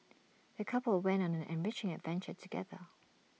the couple went on an enriching adventure together